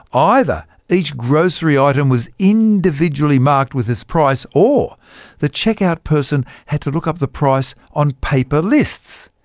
either each grocery item was individually marked with its price, or the checkout person had to look up the price on paper lists.